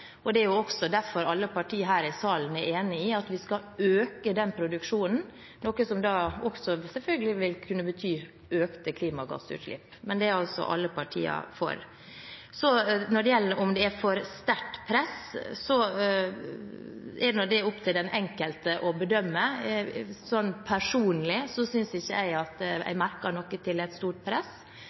Det er også derfor alle partier her i salen er enig i at vi skal øke den produksjonen, noe som selvfølgelig også vil kunne bety økte klimagassutslipp – men det er altså alle partier for. Når det gjelder om det er for sterkt press, er det opp til den enkelte å bedømme. Personlig synes ikke jeg at jeg merker noe stort press, men jeg mener det er grunn til